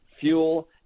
fuel